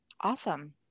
Awesome